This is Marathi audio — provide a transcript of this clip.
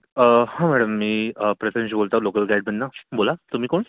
हा मॅडम मी प्रथमेश बोलतो आहे लोकल गाईडमधनं बोला तुम्ही कोण